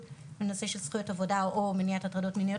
בנושא של זכויות עבודה או מניעה של הטרדות מיניות